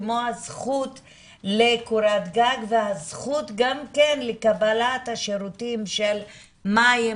כמו הזכות לקורת גג והזכות גם כן לקבלת השירותים של מים,